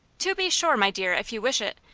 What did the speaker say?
to be sure, my dear, if you wish it,